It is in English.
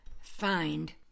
find